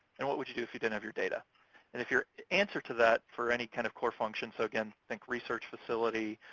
and what would you do if you didn't have your data? and if your answer to that for any kind of core function, so, again, think research facility,